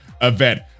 event